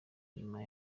nyuma